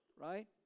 Right